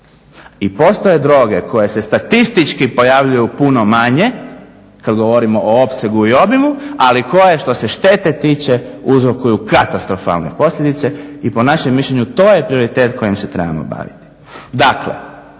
I postoje droge koje se statistički pojavljuju puno manje, kad govorimo o opsegu i obimu, ali koje što se štete tiče uzrokuju katastrofalne posljedice i po našem mišljenju to je prioritet kojim se trebamo baviti.